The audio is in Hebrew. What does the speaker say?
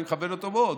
אני מכבד אותו מאוד,